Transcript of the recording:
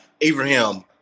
Abraham